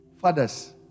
fathers